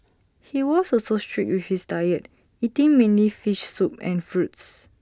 he was also strict with his diet eating mainly fish soup and fruits